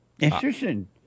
Interesting